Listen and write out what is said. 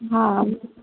હા